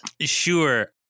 Sure